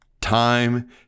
time